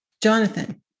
Jonathan